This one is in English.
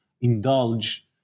indulge